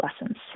lessons